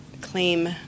claim